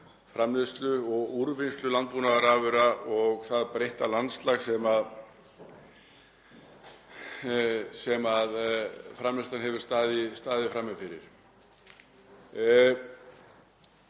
framleiðslu og úrvinnslu landbúnaðarafurða og það breytta landslag sem framleiðslan hefur staðið frammi fyrir.